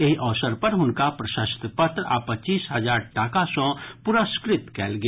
एहि अवसर पर हुनका प्रशस्ति पत्र आ पच्चीस हजार टाका सँ पुरस्कृत कयल गेल